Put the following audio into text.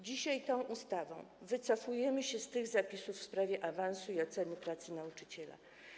Dzisiaj tą ustawą wycofujemy się z tych zapisów w sprawie awansu i oceny pracy nauczyciela.